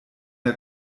der